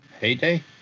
Heyday